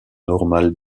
normales